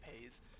pays